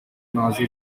nazi